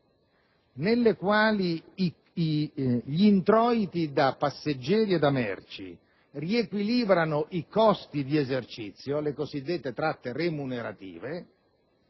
nelle quali gli introiti da passeggeri e da merci riequilibrano i costi di esercizio (le cosiddette tratte remunerative)